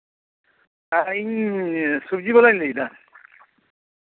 ᱦᱮᱸ ᱤᱧ ᱥᱚᱵᱽᱡᱤ ᱵᱟᱞᱟᱧ ᱞᱟᱹᱭᱫᱟ